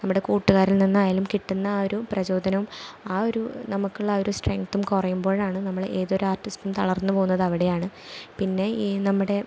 നമ്മുടെ കൂട്ടുകാരിൽ നിന്നായാലും കിട്ടുന്ന ആ ഒരു പ്രചോദനം ആ ഒരു നമുക്കുള്ള ആ ഒരു സ്ട്രെങ്ങ്ത്തും കുറയുമ്പോഴാണ് നമ്മളേതൊരാർട്ടിസ്റ്റും തളർന്നു പോകുന്നത് അവിടെയാണ് പിന്നെ ഈ നമ്മുടെ